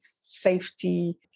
safety